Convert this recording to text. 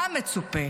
היה מצופה